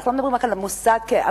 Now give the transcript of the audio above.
אנחנו לא מדברים רק על המוסד כהווייתו,